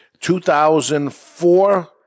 2004